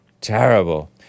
Terrible